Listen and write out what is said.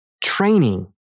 training